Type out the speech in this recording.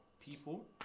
people